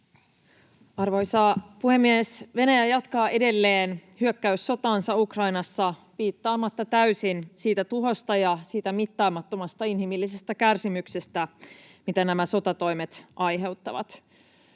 Arvoisa puhemies! Venäjä jatkaa edelleen hyökkäyssotaansa Ukrainassa täysin piittaamatta siitä tuhosta ja siitä mittaamattomasta inhimillisestä kärsimyksestä, mitä nämä sotatoimet aiheuttavat.